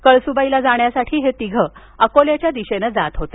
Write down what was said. कळसूबाईला जाण्यासाठी हे तिघे अकोल्याच्या दिशेनं जात होते